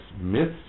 myths